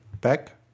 back